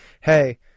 Hey